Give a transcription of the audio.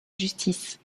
justice